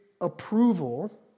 approval